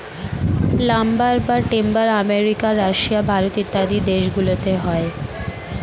lumber বা timber America, Russia, Bharat ইত্যাদি দেশ গুলোতে হয়